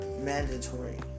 mandatory